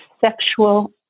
sexual